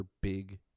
big